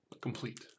Complete